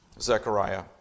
Zechariah